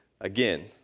again